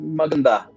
maganda